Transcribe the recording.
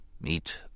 meet